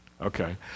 Okay